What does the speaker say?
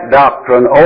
doctrine